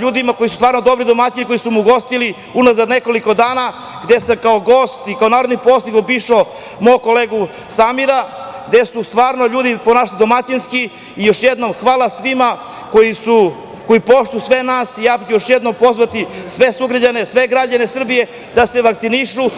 ljudima koji su stvarno dobri domaćini, koji su me ugostili unazad nekoliko dana, gde sam kao gost i kao narodni poslanik obišao mog kolegu Samira, gde su se ljudi ponašali domaćinski i još jednom hvala svima koji poštuju sve nas i ja ću još jednom pozvati sve sugrađane, sve građane Srbije da se vakcinišu.